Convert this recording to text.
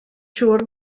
siŵr